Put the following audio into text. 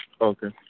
Okay